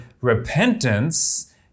repentance